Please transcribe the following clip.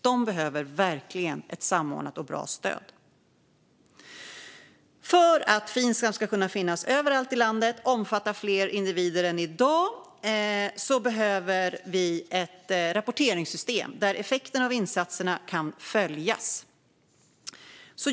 De behöver verkligen ett samordnat och bra stöd. För att Finsam ska kunna finnas överallt i landet och omfatta fler individer än i dag behöver vi ett rapporteringssystem där effekterna av insatserna kan följas.